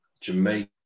Jamaica